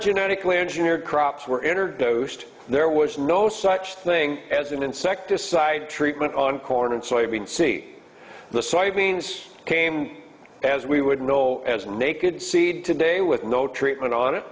genetically engineered crops were in or ghost there was no such thing as an insecticide treatment on corn and soybean see the soybeans came as we would know as naked seed today with no treatment on it